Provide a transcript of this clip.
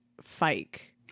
Fike